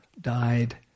died